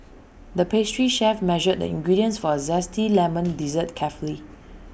the pastry chef measured the ingredients for A Zesty Lemon dessert carefully